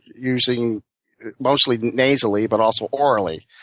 using mostly nasally but also orally.